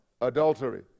adultery